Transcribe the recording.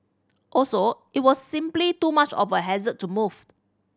also it was simply too much of a hassle to move